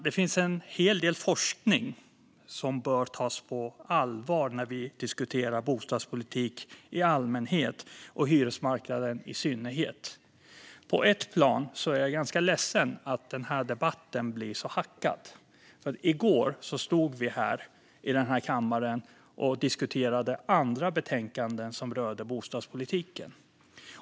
Det finns en hel del forskning som bör tas på allvar när vi diskuterar bostadspolitik i allmänhet och hyresmarknaden i synnerhet. På ett plan är jag ganska ledsen över att denna debatt blir så upphackad. I går stod vi i denna kammare och diskuterade andra betänkanden som rörde bostadspolitiken.